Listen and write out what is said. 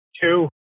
two